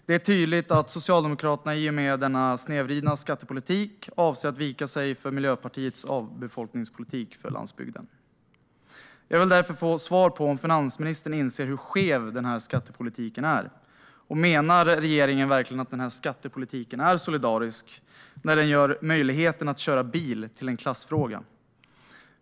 Det är tydligt att Socialdemokraterna i och med denna snedvridna skattepolitik avser att vika sig för Miljöpartiets avbefolkningspolitik för landsbygden. Jag vill därför få svar på om finansministern inser hur skev den här skattepolitiken är. Menar regeringen verkligen att skattepolitiken är solidarisk när den gör möjligheten att köra bil till en klassfråga?